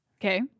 Okay